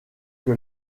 que